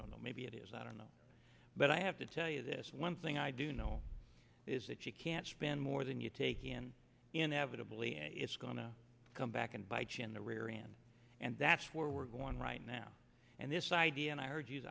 don't know maybe it is i don't know but i have to tell you this one thing i do know is that you can't spend more than you take in inevitably it's going to come back and bite you in the rear end and that's where we're going right now and this idea and i heard you